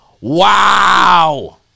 Wow